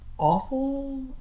awful